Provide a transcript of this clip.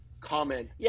comment